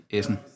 Essen